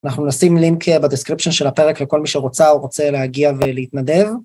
אנחנו נשים לינק בדסקריפשין של הפרק לכל מי שרוצה או רוצה להגיע ולהתנדב.